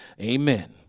Amen